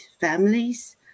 families